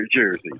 jersey